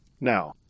Now